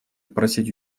просить